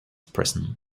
prison